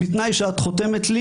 בתנאי שהיא חותמת לו